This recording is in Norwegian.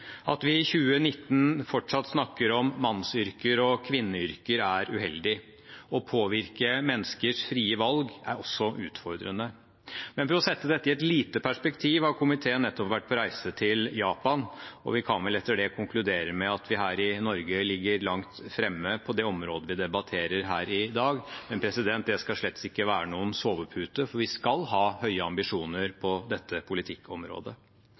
At vi i 2019 fortsatt snakker om mannsyrker og kvinneyrker, er uheldig. Å påvirke menneskers frie valg er også utfordrende. Men for å sette dette i et lite perspektiv: Komiteen har nettopp vært på reise til Japan, og vi kan vel etter det konkludere med at vi her i Norge ligger langt fremme på det området vi debatterer her i dag. Men det skal slett ikke være noen sovepute, for vi skal ha høye ambisjoner på dette politikkområdet.